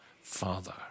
Father